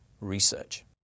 research